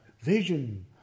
vision